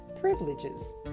privileges